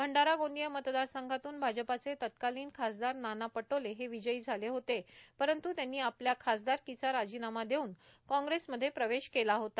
भंडारा गोंदिया मतदारसंघातून भाजपाचे तत्कालीन खासदार नाना पटोले हे विजयी झाले होते परंतू त्यांनी आपल्या खासदारकीचा राजिनामा देऊन कांग्रेसमध्ये प्रवेश केला होता